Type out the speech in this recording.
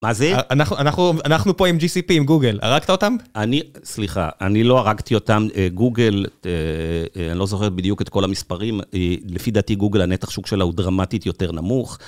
מה זה? אנחנו פה עם GCP, עם גוגל. הרגת אותם? אני... סליחה, אני לא הרגתי אותם. גוגל, אני לא זוכר בדיוק את כל המספרים. לפי דעתי, גוגל, הנתח שוק שלה הוא דרמטית יותר נמוך.